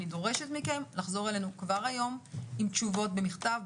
אני דורשת מכם לחזור אלינו כבר היום עם תשובות במכתב,